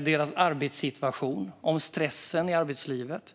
deras arbetssituation och stressen i arbetslivet.